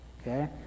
Okay